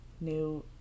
new